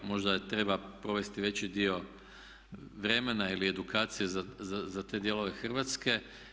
Možda treba provesti veći dio vremena ili edukacije za te dijelove Hrvatske.